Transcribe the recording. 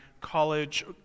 college